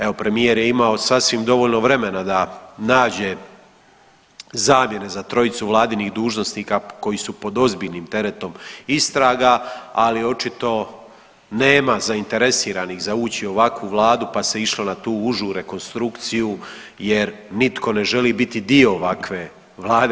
Evo premijer je imao sasvim dovoljno vremena da nađe zamjene za trojicu vladinih dužnosnika koji su pod ozbiljnim teretom istraga, ali očito nema zainteresiranih za ući u ovakvu vladu, pa se išlo na tu užu rekonstrukciju jer nitko ne želi biti dio ovakve vlade.